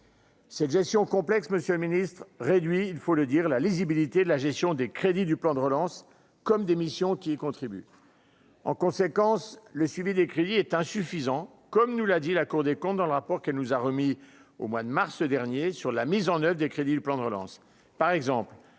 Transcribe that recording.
cette gestion complexe Monsieur le Ministre, réduit, il faut le dire, la lisibilité de la gestion des crédits du plan de relance comme des missions qui contribue, en conséquence, le suivi des crédits est insuffisant, comme nous l'a dit la Cour des comptes dans le rapport qu'elle nous a remis au mois de mars dernier sur la mise en oeuvre des crédits, le plan de relance